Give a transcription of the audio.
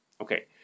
Okay